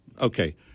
Okay